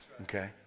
Okay